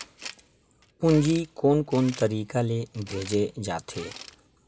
पूंजी कोन कोन तरीका ले भेजे जाथे?